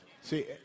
see